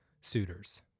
suitors